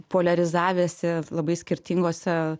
poliarizavęsi labai skirtingose